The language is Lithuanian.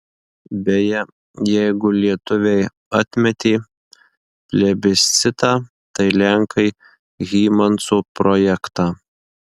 beje jeigu lietuviai atmetė plebiscitą tai lenkai hymanso projektą